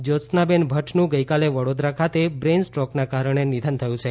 જ્યોત્સનાબેન ભદનું ગઇકાલે વડોદરા ખાતે બ્રેઈન સ્ટ્રોકના કારણે નિધન થયું છે